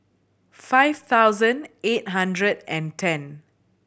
five thousand eight hundred and ten